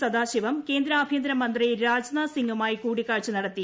സദാശിവം കേന്ദ്ര ആഭ്യന്തര മന്ത്രി രാജ്നാഥ് സിംഗുമായി കൂടിക്കാഴ്ച നടത്തി